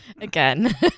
again